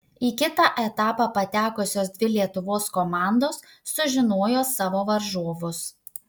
į kitą etapą patekusios dvi lietuvos komandos sužinojo savo varžovus